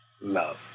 Love